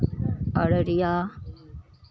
Araria